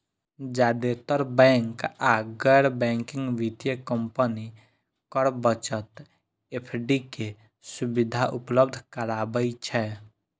जादेतर बैंक आ गैर बैंकिंग वित्तीय कंपनी कर बचत एफ.डी के सुविधा उपलब्ध कराबै छै